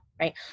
right